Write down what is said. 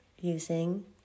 using